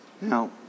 Now